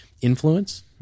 influence